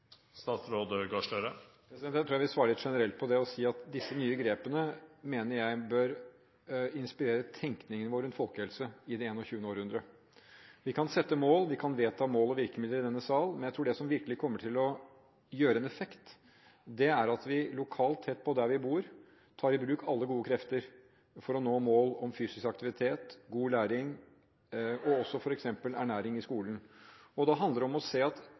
Jeg tror jeg vil svare litt generelt på dette, og si at disse nye grepene mener jeg bør inspirere tenkningen vår rundt folkehelse i det 21. århundre. Vi kan sette mål. Vi kan vedta mål og virkemidler i denne sal, men jeg tror at det som virkelig kommer til å ha en effekt, er at vi lokalt, tett på der vi bor, tar i bruk alle gode krefter for å nå mål om fysisk aktivitet, god læring og f.eks. ernæring i skolen. Det handler om å se at